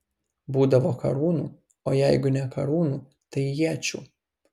būdavo karūnų o jeigu ne karūnų tai iečių